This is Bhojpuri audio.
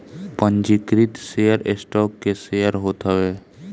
पंजीकृत शेयर स्टॉक के शेयर होत हवे